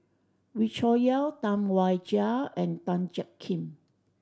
Wee Cho Yaw Tam Wai Jia and Tan Jiak Kim